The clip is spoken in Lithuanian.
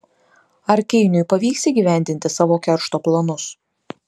ar keiniui pavyks įgyvendinti savo keršto planus